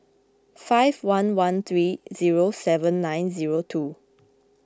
five one one three zero seven nine zero two